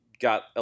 Got